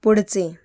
पुढचे